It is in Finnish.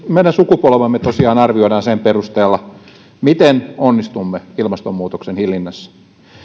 meidän sukupolvemme tosiaan arvioidaan sen perusteella miten onnistumme ilmastonmuutoksen hillinnässä